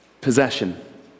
possession